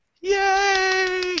Yay